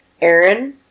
Aaron